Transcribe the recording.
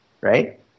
right